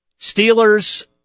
Steelers